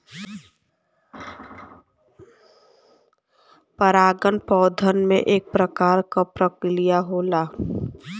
परागन पौधन में एक प्रकार क प्रक्रिया होला